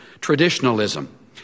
traditionalism